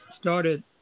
started